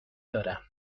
دارم